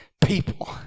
people